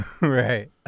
Right